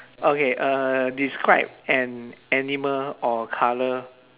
okay uh describe an animal or colour